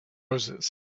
roses